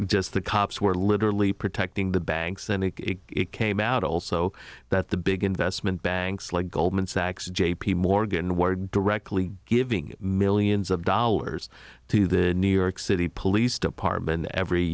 just the cops were literally protecting the banks then and it came out also that the big investment banks like goldman sachs j p morgan wired directly giving millions of dollars to the new york city police department every